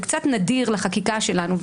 זה קצת נדיר לחקיקה שלנו,